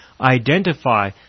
identify